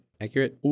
accurate